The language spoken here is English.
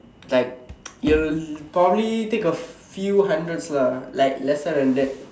like you will probably take a few hundreds lah like lesser than that